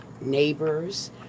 neighbors